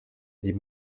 des